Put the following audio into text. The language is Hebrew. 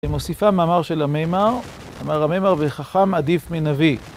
ומוסיפה מאמר של הממר, אמר הממר וחכם עדיף מנביא